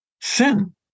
sin